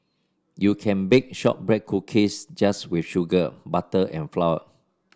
you can bake shortbread cookies just with sugar butter and flour